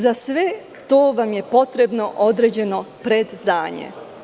Za sve to vam je potrebno određeno predznanje.